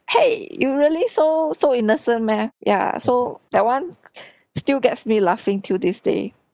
!hey! you really so so innocent meh ya so that one still gets me laughing till this day